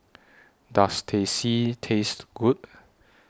Does Teh C Taste Good